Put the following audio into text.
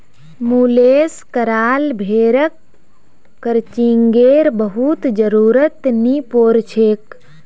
मुलेस कराल भेड़क क्रचिंगेर बहुत जरुरत नी पोर छेक